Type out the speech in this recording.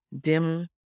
dim